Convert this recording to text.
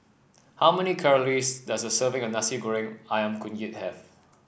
how many calories does a serving of Nasi Goreng ayam kunyit have